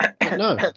no